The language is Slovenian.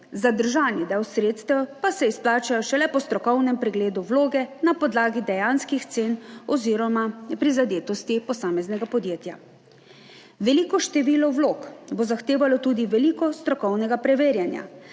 zadržani del sredstev pa se izplača šele po strokovnem pregledu vloge na podlagi dejanskih cen oziroma prizadetosti posameznega podjetja. Veliko število vlog bo zahtevalo tudi veliko strokovnega preverjanja,